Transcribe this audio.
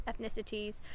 ethnicities